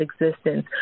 existence